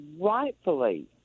rightfully